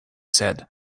said